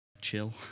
chill